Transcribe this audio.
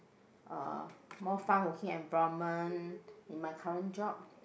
uh more fun working environment in my current job